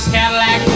Cadillac